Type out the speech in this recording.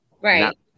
Right